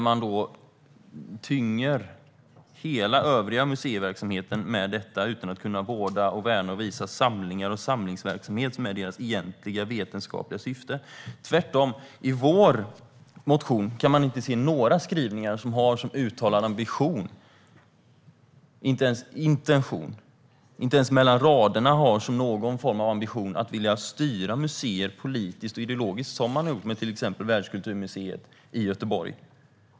Man tynger hela den övriga museiverksamheten med detta, utan att kunna vårda, värna och visa samlingar och samlingsverksamhet, vilket är museernas egentliga vetenskapliga syfte. I vår motion finns däremot inga skrivningar som uttalar ambitionen eller intentionen - inte ens mellan raderna - att vilja styra museer politiskt och ideologiskt, vilket har skett med till exempel Världskulturmuseet i Göteborg.